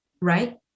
right